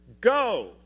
Go